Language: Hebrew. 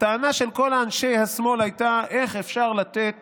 הטענה של כל אנשי השמאל הייתה: איך אפשר לתת